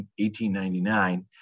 1899